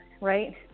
right